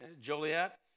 Joliet